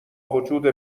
وجود